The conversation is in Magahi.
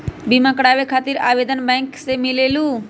बिमा कराबे खातीर आवेदन बैंक से मिलेलु?